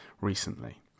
recently